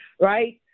right